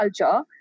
culture